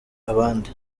abandi